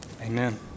amen